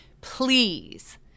Please